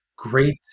great